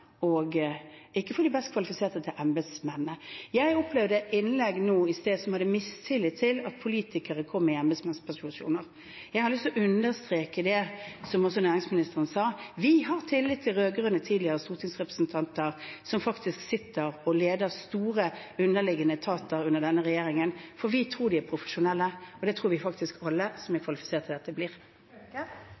ikke får de best kvalifiserte embetsmennene? Jeg opplevde innlegg nå i sted der det var mistillit til at politikere kommer i embetsmannsposisjoner. Jeg har lyst til å understreke det som også næringsministeren sa: Vi har tillit til tidligere, rød-grønne stortingsrepresentanter som sitter og leder store underliggende etater under denne regjeringen, for vi tror de er profesjonelle, og det tror vi faktisk alle som er kvalifisert til dette, blir.